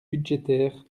budgétaire